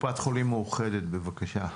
קופת חולים מאוחדת, בבקשה,